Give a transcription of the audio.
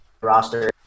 roster